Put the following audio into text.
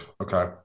Okay